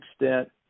extent